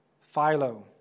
Philo